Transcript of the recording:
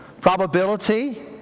probability